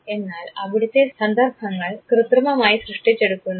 എന്നാൽ അവിടുത്തേ സന്ദർഭങ്ങൾ കൃത്രിമമായി സൃഷ്ടിച്ചെടുക്കുന്നു